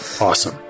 Awesome